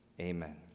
Amen